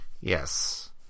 Yes